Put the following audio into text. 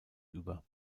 über